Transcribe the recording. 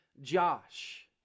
Josh